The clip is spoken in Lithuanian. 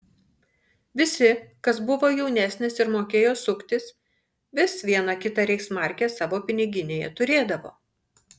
visi kas buvo jaunesnis ir mokėjo suktis vis vieną kitą reichsmarkę savo piniginėje turėdavo